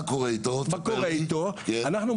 מה קורה איתו?